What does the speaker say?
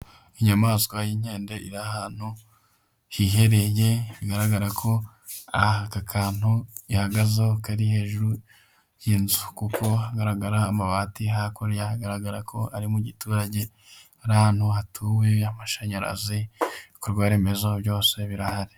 Inyamaswa y'inkende iri ahantu hihereye, bigaragara ko aka kantu yahagazeho kari hejuru y'inzu, kuko hagaragara amabati. Hakurya hagaragara ko ari mu giturage, ari ahantu hatuwe, amashanyarazi, ibikorwaremezo byose birahari.